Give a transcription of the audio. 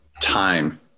time